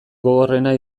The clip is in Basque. gogorrena